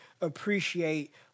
appreciate